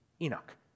Enoch